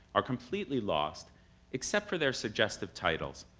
are completely lost except for their suggestive titles,